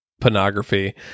pornography